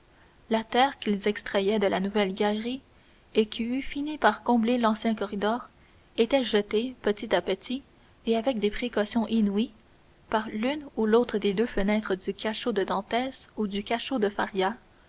la terre qu'ils extrayaient de la nouvelle galerie et qui eût fini par combler l'ancien corridor était jetée petit à petit et avec des précautions inouïes par l'une ou l'autre des deux fenêtres du cachot de dantès ou du cachot de faria